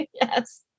Yes